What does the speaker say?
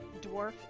dwarf